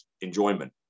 enjoyment